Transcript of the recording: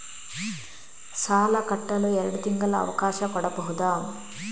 ಸಾಲ ಕಟ್ಟಲು ಎರಡು ತಿಂಗಳ ಅವಕಾಶ ಕೊಡಬಹುದಾ?